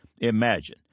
Imagine